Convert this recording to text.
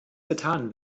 getan